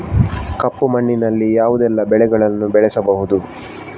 ಕಪ್ಪು ಮಣ್ಣಿನಲ್ಲಿ ಯಾವುದೆಲ್ಲ ಬೆಳೆಗಳನ್ನು ಬೆಳೆಸಬಹುದು?